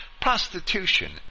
prostitution